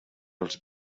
els